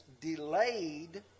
delayed